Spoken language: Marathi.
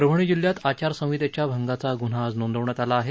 परभणी जिल्ह्यात आचारसंहितेच्या भंगाचा ग्न्हा आज नोंदवण्यात आला आहे